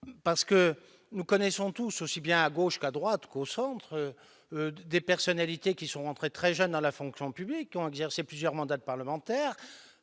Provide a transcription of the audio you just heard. Tasca. Nous connaissons tous, aussi bien à gauche qu'à droite ou au centre, des personnalités entrées très jeunes dans la fonction publique, ayant ensuite exercé plusieurs mandats parlementaires